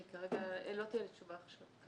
לא תהיה לי תשובה עכשיו.